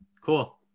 cool